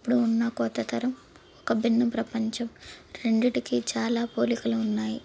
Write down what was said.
ఇప్పుడు ఉన్న కొత్త తరం ఒక భిన్న ప్రపంచం రెండింటికి చాలా పోలికలు ఉన్నాయి